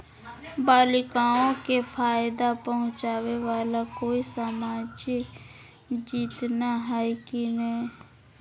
बालिकाओं के फ़ायदा पहुँचाबे वाला कोई सामाजिक योजना हइ की नय?